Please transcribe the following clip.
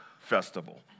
festival